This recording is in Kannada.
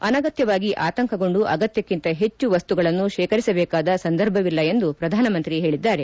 ಅನಗತ್ಯವಾಗಿ ಆತಂಕಗೊಂಡು ಅಗತ್ಯಕ್ಕಿಂತ ಹೆಚ್ಚು ವಸ್ತುಗಳನ್ನು ಶೇಖರಿಸಬೇಕಾದ ಸಂದರ್ಭವಿಲ್ಲ ಎಂದು ಪ್ರಧಾನಮಂತ್ರಿ ಹೇಳಿದ್ದಾರೆ